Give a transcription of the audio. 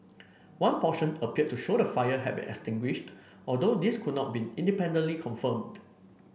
one portion appeared to show the fire had been extinguished although this could not be independently confirmed